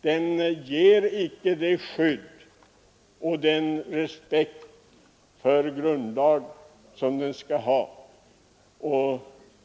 Den ger icke det skydd och främjar inte den respekt för grundlag som behövs.